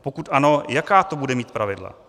Pokud ano, jaká to bude mít pravidla?